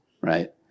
right